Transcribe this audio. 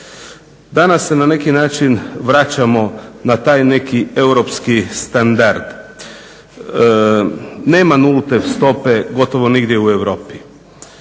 Danas se na neki način vraćamo na taj neki europski standard. Nema nulte stope gotovo nigdje u Europi.